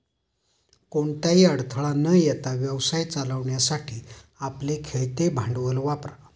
कोणताही अडथळा न येता व्यवसाय चालवण्यासाठी आपले खेळते भांडवल वापरा